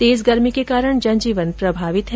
तेज गर्मी के कारण जनजीवन प्रभावित है